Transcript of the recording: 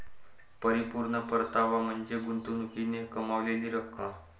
परिपूर्ण परतावा म्हणजे गुंतवणुकीने कमावलेली रक्कम